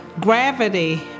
gravity